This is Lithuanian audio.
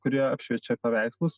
kuri apšviečia paveikslus